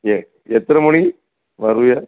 எத்தனை மணிக்கு வருவீங்க